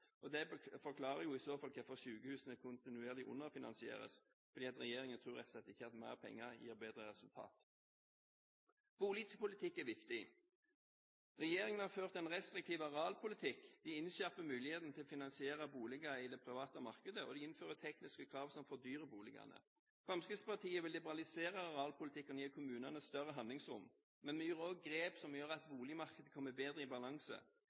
siste dagene. Det forklarer i så fall hvorfor sykehusene kontinuerlig underfinansieres, for regjeringen tror rett og slett ikke at mer penger gir bedre resultat. Boligpolitikk er viktig. Regjeringen har ført en restriktiv arealpolitikk. De innskjerper muligheten til å finansiere boliger i det private markedet, og de innfører tekniske krav som fordyrer boligene. Fremskrittspartiet vil liberalisere arealpolitikken og gi kommunene større handlingsrom. Men vi gjør også grep som gjør at boligmarkedet kommer bedre i balanse.